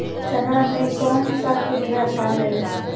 चना में कौन सा किट रहता है?